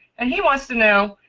and he wants to know,